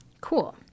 Cool